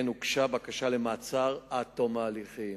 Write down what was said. כן הוגשה בקשה למעצר עד תום ההליכים.